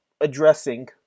addressing